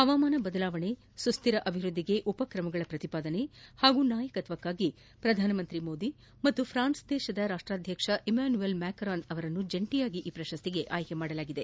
ಹವಾಮಾನ ಬದಲಾವಣೆ ಸುಸ್ವಿರ ಅಭಿವೃದ್ದಿಗೆ ಉಪ್ರಕ್ರಮಗಳ ಪ್ರತಿಪಾದನೆ ಹಾಗೂ ನಾಯಕತ್ವಕ್ಕಾಗಿ ಪ್ರಧಾನಿ ಮೋದಿ ಹಾಗೂ ಪ್ರಾನ್ಸ್ ಅಧ್ಯಕ್ಷ ಇಮ್ಯಾನುಯಲ್ ಮ್ಯಾಕ್ರಾನ್ ಅವರನ್ನು ಜಂಟಿಯಾಗಿ ಈ ಪ್ರಶಸ್ತಿಗೆ ಆಯ್ಲೆ ಮಾಡಲಾಗಿತ್ತು